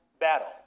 Battle